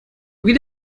wie